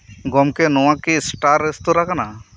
ᱜᱚᱢᱠᱮ ᱱᱚᱣᱟᱠᱤ star restaurant ᱠᱟᱱᱟ